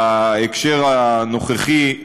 בהקשר הנוכחי,